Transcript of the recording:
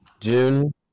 june